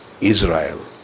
Israel